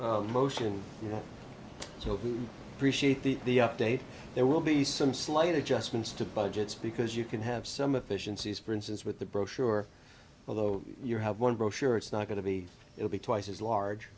reshaped the update there will be some slight adjustments to budgets because you can have some efficiencies for instance with the brochure although you have one brochure it's not going to be it'll be twice as large